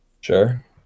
Sure